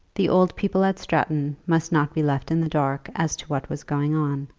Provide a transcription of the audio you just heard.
the old people at stratton must not be left in the dark as to what was going on.